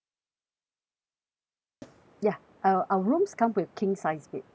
uh ya uh our rooms come with king sized bed uh